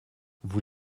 vous